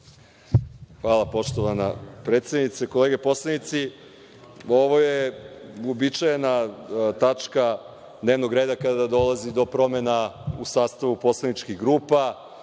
Hvala, poštovana predsednice. Kolege poslanici, ovo je uobičajena tačka dnevnog reda kada dolazi do promena u sastavu poslaničkih grupa,